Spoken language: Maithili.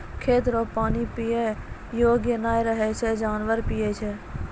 खेत रो पानी पीयै योग्य नै रहै छै जानवर पीयै छै